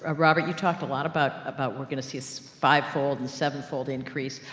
ah robert, you talked a lot about, about we're going to see is fivefold and sevenfold increase.